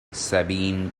sabine